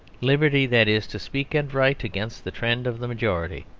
liberty, that is, to speak and write against the trend of the majority.